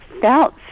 felt